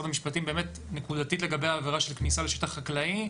המשפטים באמת נקודתית לגבי העבירה של כניסה לשטח חקלאי.